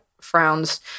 frowns